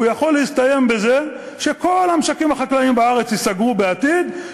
הוא יכול להסתיים בזה שכל המשקים החקלאיים בארץ ייסגרו בעתיד,